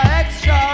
extra